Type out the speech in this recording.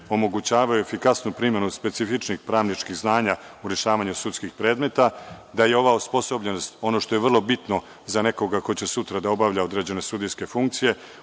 omogućavaju efikasnu primenu specifičnih pravničkih znanja u rešavanju sudskih predmeta, da je ova osposobljenost, ono što je vrlo bitno za nekoga ko će sutra da obavlja određene sudijske funkcije,